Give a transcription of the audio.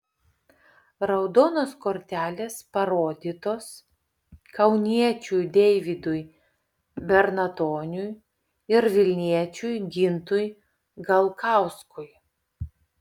raudonos kortelės parodytos kauniečiui deividui bernatoniui ir vilniečiui gintui galkauskui